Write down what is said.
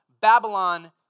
Babylon